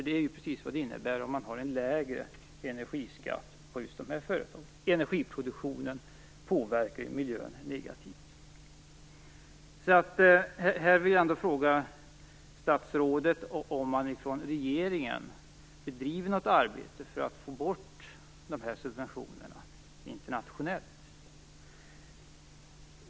Det är ju precis vad det innebär när man har en lägre energiskatt för just de här företagen. Energiproduktionen påverkar ju miljön negativt.